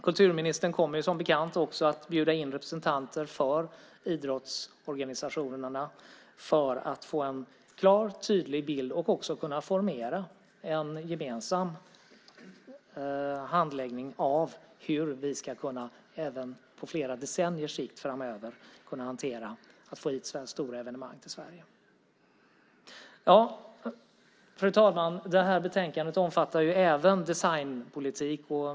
Kulturministern kommer som bekant också att bjuda in representanter för idrottsorganisationerna för att få en klar och tydlig bild och också kunna formera en gemensam handläggning när det gäller hur vi även på flera decenniers sikt ska kunna få stora evenemang till Sverige. Fru talman! Det här betänkandet omfattar även designpolitik.